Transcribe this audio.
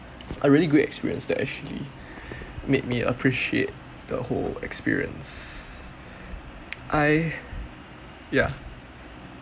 a really good experience that actually made me appreciate the whole experience I ya